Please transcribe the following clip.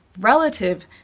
relative